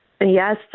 Yes